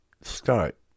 start